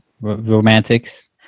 romantics